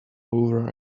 over